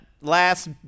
last